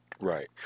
Right